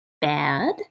bad